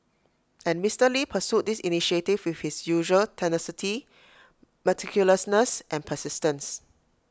and Mister lee pursued this initiative with his usual tenacity meticulousness and persistence